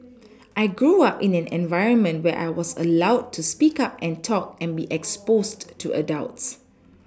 I grew up in an environment where I was allowed to speak up and talk and be exposed to adults